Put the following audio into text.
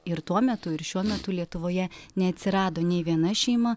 ir tuo metu ir šiuo metu lietuvoje neatsirado nei viena šeima